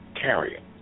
carrier